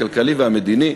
הכלכלי והמדיני.